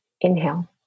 inhale